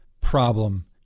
problem